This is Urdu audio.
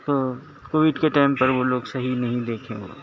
تو کووڈ کے ٹائم پر وہ لوگ صحیح نہیں دیکھے وہ